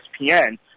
ESPN